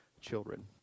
children